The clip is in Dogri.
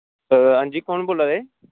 हां जी कु'न बोला दे